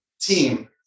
team